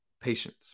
patience